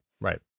right